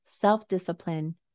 self-discipline